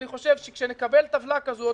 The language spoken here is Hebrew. אני חושב שכשנקבל טבלה כזאת,